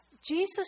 Jesus